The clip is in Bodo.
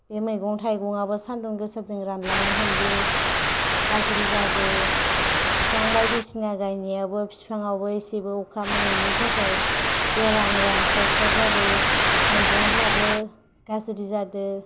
बे मैगं थाइगंआबो सानदुं गोसाजों रानलांनो हमदो गार्जि जादो बिफां बायदिसिना गायनायाबो बिफां आवबो एसेबो अखा मोनैनि थाखाय गोरान रानस्राव स्राव जादो मैगं फ्राबो गार्जि जादो